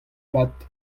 vat